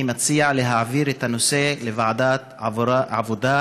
אני מציע להעביר את הנושא לוועדת העבודה,